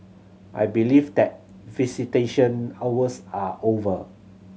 I believe that visitation hours are over